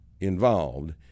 involved